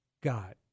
God